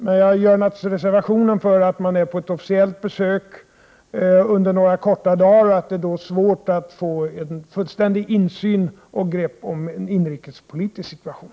Men jag gör naturligtvis den reservationen att det när man är på ett officiellt besök under några dagar är svårt att få en fullständig insyn och ett grepp om en inrikespolitisk situation.